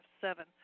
seven